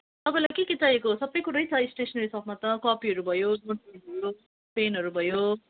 तपाईँलाई केके चाहिएको सबै कुरै छ स्टेसनेरी सपमा त कपीहरू भयो भयो पेनहरू भयो